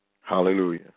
hallelujah